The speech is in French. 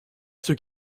ceux